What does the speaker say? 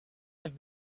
have